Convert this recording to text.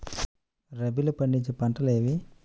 రబీలో పండించే పంటలు ఏవి?